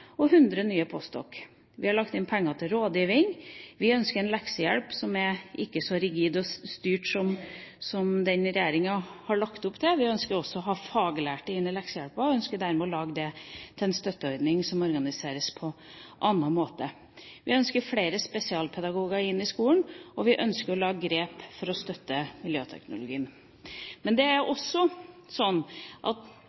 og 100 nye post doc.-stillinger. Vi har lagt inn penger til rådgiving, vi ønsker en leksehjelp som ikke er så rigid og styrt som den regjeringa har lagt opp til. Vi ønsker også å ha faglærte inn i leksehjelpen, og ønsker dermed å lage det til en støtteordning som organiseres på annen måte. Vi ønsker flere spesialpedagoger inn i skolen, og vi ønsker grep for å støtte miljøteknologien. Men det er også sånn at